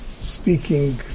speaking